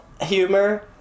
humor